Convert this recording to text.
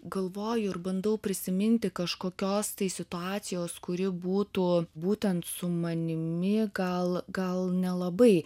galvoju ir bandau prisiminti kažkokios tai situacijos kuri būtų būtent su manimi gal gal nelabai